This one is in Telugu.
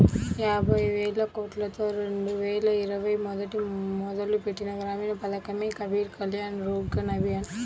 యాబైవేలకోట్లతో రెండువేల ఇరవైలో మొదలుపెట్టిన గ్రామీణ పథకమే గరీబ్ కళ్యాణ్ రోజ్గర్ అభియాన్